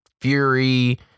fury